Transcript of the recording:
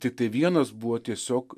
tiktai vienas buvo tiesiog